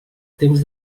temps